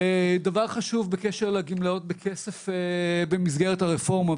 דבר חשוב בקשר לגמלאות בכסף במסגרת הרפורמה,